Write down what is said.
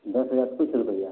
दस हजार किछु रुपैआ